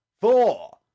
four